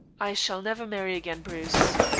i shall never marry again, bruce.